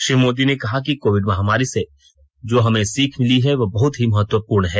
श्री मोदी ने कहा कि कोविड़ महामारी से जो हमें सीख मिली है वो बहुत ही महत्वपूर्ण है